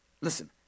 Listen